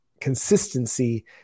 consistency